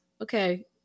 Okay